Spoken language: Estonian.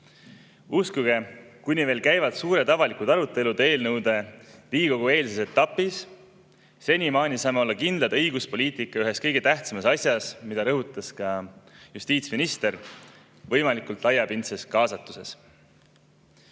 Uskuge, kuni veel käivad suured avalikud arutelud eelnõude Riigikogu-eelses etapis, senimaani saame olla kindlad õiguspoliitika ühes kõige tähtsamas asjas, mida rõhutas ka justiitsminister: võimalikult laiapindses kaasatuses. Kas